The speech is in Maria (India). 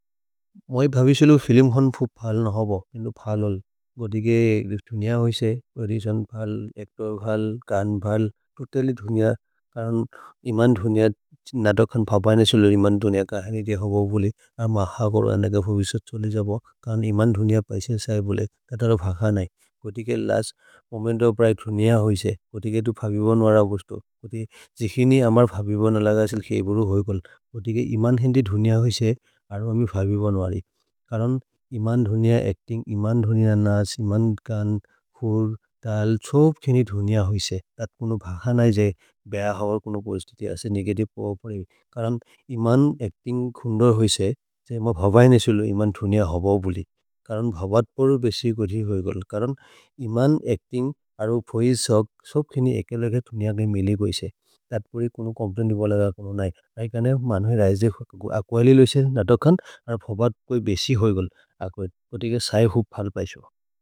मोइ भविसेलु फिल्म् होन् फोब् भल् न होबो, इन्दु भल् होल्। कोतिके दुनिय होइसे, प्रोदुचिओन् भल्, अच्तोर् भल्, कन् भल्, तोतलि दुनिय। करन् इमन् दुनिय, नतखन् भबय् न सेलु इमन् दुनिय। कहनि देय् होबो बोलि, अर् मह करु अनेक फोबिसह् छोले जबो। करन् इमन् दुनिय पैसे सहे बोले, कतरो भख नै। कोतिके लस्त् मोमेन्त् ओफ् लिफे, दुनिय होइसे। कोतिके इतु भविबन् वर गुस्तु। कोतिके जिकिनि अमर् भविबन् लगसिल्, के बुरु होइकोल्। कोतिके इमन् हिन्दि दुनिय होइसे, अर् महि भविबन् वरि। करन् इमन् दुनिय, अच्तिन्ग्, इमन् दुनिय नास्, इमन् कन्, खुर्, तल्, सोब् खिनि दुनिय होइसे। तत् कुनो भख नै जे, बेह हव कोनो पोस्तिति ऐसे, नेगतिवे पो। करन् इमन्, अच्तिन्ग्, खुन्दर् होइसे। मोइ भवय् न सेलु इमन् दुनिय होबो बोलि। करन् भबत् परो बेसरि गोदि होइकोल्। करन् इमन्, अच्तिन्ग्, अरो फोबिसह्, सोब् खिनि एके लगे दुनिय के मिलि गोइसे। तत् परि कुनो चोम्प्लैन् देय् बोले लग, कोनो नै। नै कने मन् होइ रिसे ए, अक्वलिल् होइसे, नतखन्। अर् भबत् कोइ बेसि होइकोल्, अक्वलिल्। कोतिके सहे हूप् फल् पैसो।